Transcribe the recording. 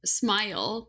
smile